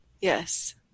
Yes